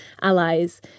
allies